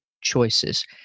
choices